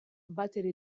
batere